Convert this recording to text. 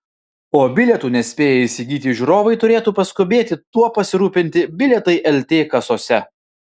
o bilietų nespėję įsigyti žiūrovai turėtų paskubėti tuo pasirūpinti bilietai lt kasose